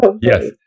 Yes